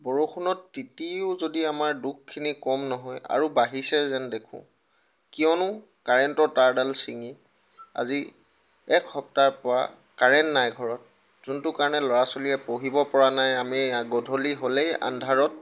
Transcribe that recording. বৰষুণত তিতিও যদি আমাৰ দুখখিনি কম নহয় আৰু বাঢ়িছে যেন দেখোঁ কিয়নো কাৰেণ্টৰ তাঁৰডাল ছিঙি আজি এক সপ্তাহৰ পৰা কাৰেণ্ট নাই ঘৰত যোনটো কাৰণে ল'ৰা ছোৱালীয়ে পঢ়িব পৰা নাই আমি গধূলি হ'লেই আন্ধাৰত